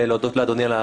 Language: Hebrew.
אני רוצה להודות לאדוני,